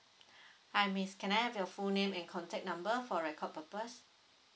hi miss can I have your full name and contact number for record purpose